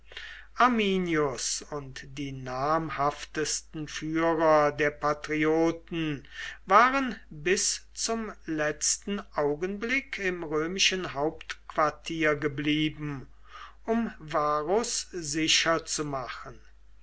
arminius und die namhaftesten führer der patrioten waren bis zum letzten augenblick im römischen hauptquartier geblieben um varus sicher zu machen